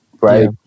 right